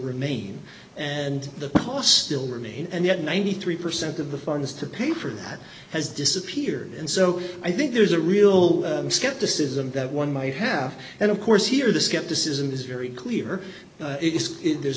remain and the costs still remain and yet ninety three percent of the funds to pay for that has disappeared and so i think there's a real skepticism that one might have and of course here the skepticism is very clear there's